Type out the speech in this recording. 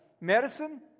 Medicine